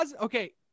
Okay